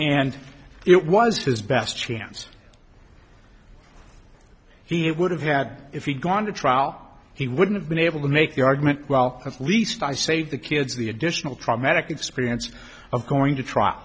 and it was his best chance he would have had if he'd gone to trial he would've been able to make the argument well at least i saved the kids the additional traumatic experience of going to trial